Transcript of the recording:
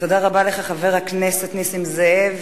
תודה רבה לך, חבר הכנסת נסים זאב.